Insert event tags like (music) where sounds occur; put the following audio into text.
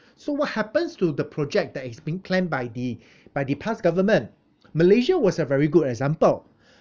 so what happens to the project that is being planned by the (breath) by the past government malaysia was a very good example (breath)